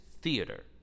theater